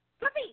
Puppy